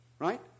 Right